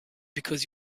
because